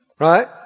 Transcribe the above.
Right